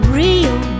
real